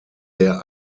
der